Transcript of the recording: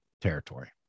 territory